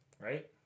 right